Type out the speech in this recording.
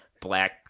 black